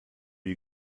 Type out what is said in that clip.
you